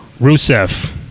Rusev